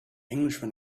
englishman